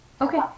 okay